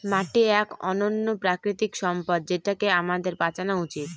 মাটি এক অনন্য প্রাকৃতিক সম্পদ যেটাকে আমাদের বাঁচানো উচিত